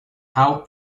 how